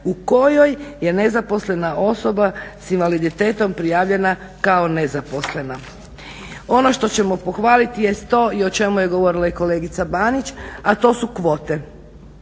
u kojoj je nezaposlena osoba s invaliditetom prijavljena kao nezaposlena. Ono što ćemo pohvaliti jest to i o čemu je govorila i kolegica Banić a to su kvote.